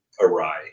awry